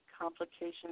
complications